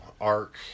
arc